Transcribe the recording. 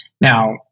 Now